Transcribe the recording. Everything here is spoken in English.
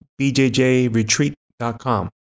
bjjretreat.com